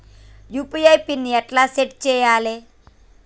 UPI PIN ఎట్లా set చేయాలే?